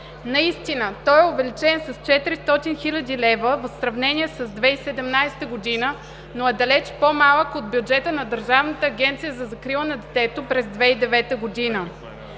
Наистина той е увеличен с 400 хил. лв. в сравнение с 2017 г., но е далеч по-малък от бюджета на Държавната агенция за закрила на детето през 2009 г.